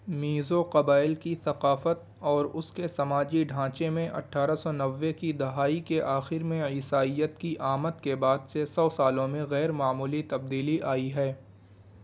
میزو قبائل کی ثقافت اور اس کے سماجی ڈھانچے میں اٹھارہ سو نوے کی دہائی کے آخر میں عیسائیت کی آمد کے بعد سے سو سالوں میں غیر معمولی تبدیلی آئی ہے